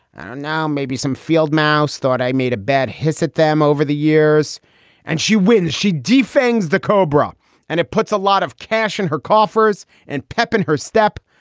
and now, maybe some field mouse thought i made a bad hiss at them over the years and she wins. she defends the cobra and it puts a lot of cash in her coffers and pep in her step.